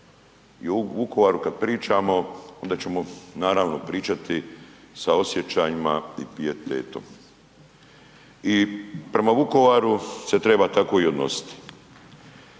I o Vukovaru kad pričamo onda ćemo naravno pričati sa osjećajima i pijetetom. I prema Vukovaru se treba tako i odnositi.